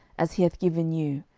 as he hath given you,